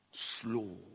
Slow